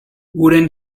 wooden